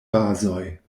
bazoj